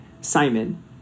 Simon